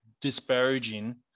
disparaging